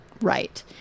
right